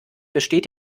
besteht